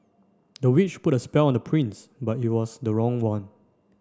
the witch put a spell on the prince but it was the wrong one